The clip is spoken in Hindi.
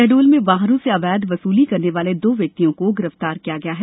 शहडोल में वाहनों से अवैध वसूली करने वाले दो व्यक्तियों को गिरफ्तार किया गया है